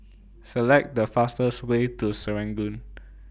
Select The fastest Way to Serangoon